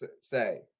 say